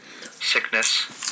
sickness